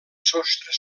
sostre